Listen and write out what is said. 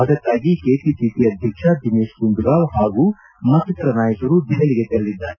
ಅದಕ್ಕಾಗಿ ಕೆಪಿಸಿಸಿ ಅಧ್ಯಕ್ಷ ದಿನೇಶ್ ಗುಂಡೂರಾವ್ ಪಾಗೂ ಮತ್ತಿತರ ನಾಯಕರು ದೆಹಲಿಗೆ ತೆರಳಿದ್ದಾರೆ